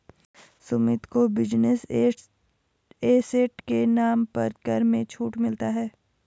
सुमित को business asset के नाम पर कर में छूट मिलता है